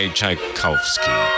Tchaikovsky